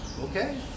Okay